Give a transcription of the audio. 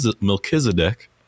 Melchizedek